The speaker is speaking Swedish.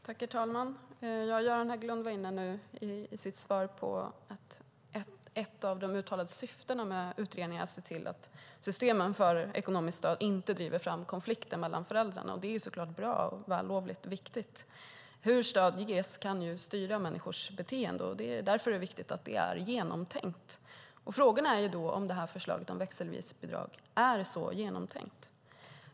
Herr talman! Göran Hägglund var i sitt svar inne på att ett av de uttalade syftena med utredningen var att se till att systemen för ekonomiskt stöd inte driver fram konflikter mellan föräldrarna. Det är såklart bra, vällovligt och viktigt. Hur stödet ges kan ju styra människors beteende. Därför är det viktigt att det är genomtänkt. Frågan är då om förslaget om växelvisbidrag är så genomtänkt.